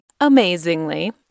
Amazingly